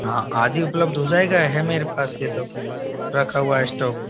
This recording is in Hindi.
हाँ आदि उपलब्ध हो जाएगा है मेरे पास ये तो रखा हुआ है स्टॉक